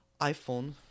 iPhone